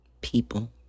people